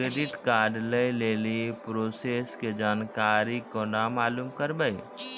Credit card लय लेली process के जानकारी केना मालूम करबै?